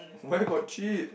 where got cheap